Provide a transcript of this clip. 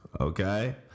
okay